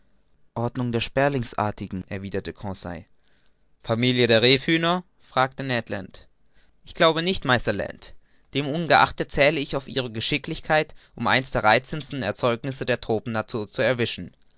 der sperlingsartigen erwiderte conseil familie der rebhühner fragte ned land ich glaube nicht meister land demungeachtet zähle ich auf ihre geschicklichkeit um eins der reizendsten erzeugnisse der tropennatur zu erwischen